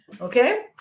Okay